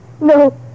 No